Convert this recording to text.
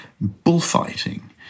bullfighting